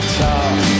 talk